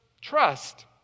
trust